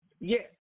Yes